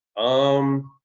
um.